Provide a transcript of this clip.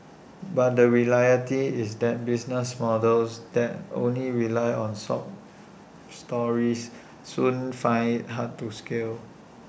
but the reality is that business models that only rely on sob stories soon find IT hard to scale